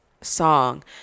song